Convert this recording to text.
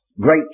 great